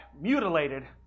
mutilated